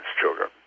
children